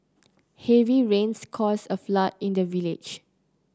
heavy rains caused a flood in the village